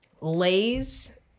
Lay's